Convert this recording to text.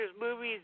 movies